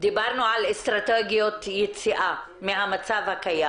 דברנו על אסטרטגיות יציאה מהמצב הקיים.